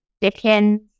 Dickens